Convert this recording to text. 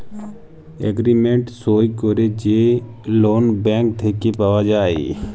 agreement সই ক্যইরে যে লল ব্যাংক থ্যাইকে পাউয়া যায়